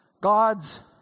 God's